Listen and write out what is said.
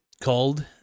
called